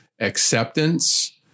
acceptance